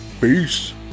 peace